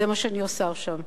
זה מה שאני עושה עכשיו.